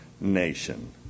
nation